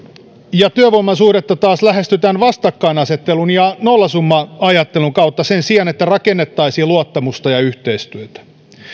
ja työvoiman suhdetta taas lähestytään vastakkainasettelun ja nollasumma ajattelun kautta sen sijaan että rakennettaisiin luottamusta ja yhteistyötä